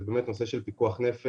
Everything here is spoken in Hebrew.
זה נושא של פיקוח נפש.